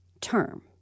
term